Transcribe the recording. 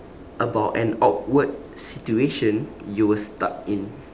about an awkward situation you were stuck in